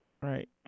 Right